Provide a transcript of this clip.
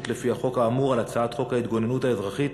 לפי החוק האמור על הצעת חוק ההתגוננות האזרחית